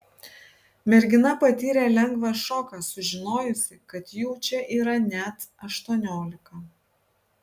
mergina patyrė lengvą šoką sužinojusi kad jų čia yra net aštuoniolika